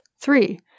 Three